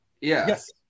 Yes